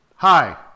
Hi